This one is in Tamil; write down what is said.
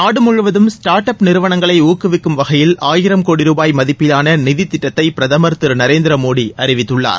நாடு முழுவதும் ஸ்டாாட் அப் நிறுவனங்களை ஊக்குவிக்கும் வகையில் ஆயிரம் கோடி ருபாய் மதிப்பிலான நிதி திட்டத்தை பிரதமர் திரு நரேந்திர மோடி அறிவித்துள்ளார்